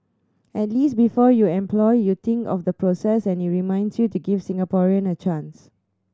at least before you employ you think of the process and it reminds you to give Singaporean a chance